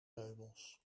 meubels